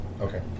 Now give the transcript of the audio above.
Okay